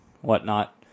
whatnot